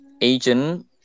agent